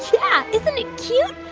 yeah. isn't it cute?